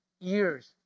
years